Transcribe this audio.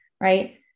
right